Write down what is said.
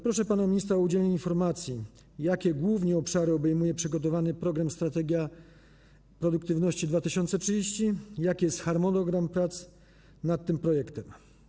Proszę pana ministra o udzielenie informacji, jakie główne obszary obejmuje przygotowywany program Strategia Produktywności 2030 i jaki jest harmonogram prac nad tym projektem.